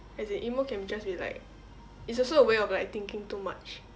as in emo can just be like it's also a way of like thinking too much